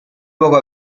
luogo